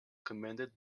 commanded